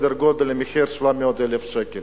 בסדר גודל של 700,000 שקל,